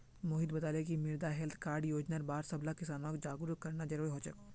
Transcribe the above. मोहित बताले कि मृदा हैल्थ कार्ड योजनार बार सबला किसानक जागरूक करना जरूरी छोक